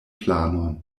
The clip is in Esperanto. planon